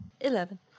Eleven